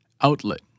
Outlet